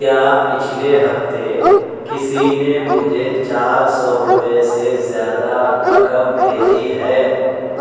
کیا پچھلے ہفتے کسی نے مجھے چار سو روپیے سے زیادہ رقم بھیجی ہے